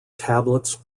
tablets